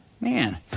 man